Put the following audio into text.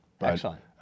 Excellent